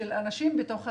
של אנשים בתוך החברה.